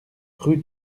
rue